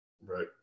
right